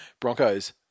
Broncos